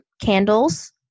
candles